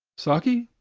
saki!